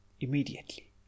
immediately